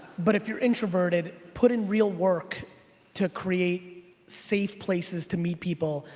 but if you're introverted, put in real work to create safe places to meet people,